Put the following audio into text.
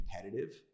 competitive